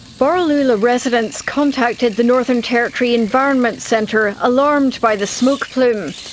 borroloola residents contacted the northern territory environment centre, alarmed by the smoke plume.